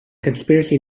conspiracy